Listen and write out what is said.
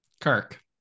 kirk